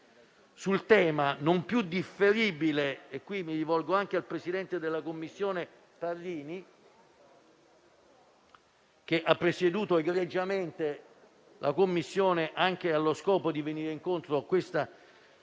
sul tema non più differibile - e qui mi rivolgo anche al presidente Parrini, che ha presieduto egregiamente la Commissione anche allo scopo di venire incontro a questa ormai